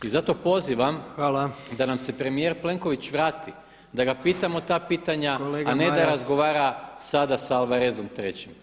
I zato pozivam [[Upadica Jandroković: Hvala.]] da nam se premijer Plenković vrati, da ga pitamo ta pitanja, a ne da razgovara sada sa Alvarezom III.